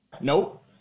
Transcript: Nope